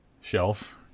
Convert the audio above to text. shelf